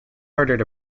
hearted